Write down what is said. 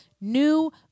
new